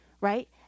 right